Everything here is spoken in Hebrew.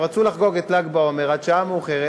הם רצו לחגוג את ל"ג בעומר עד שעה מאוחרת,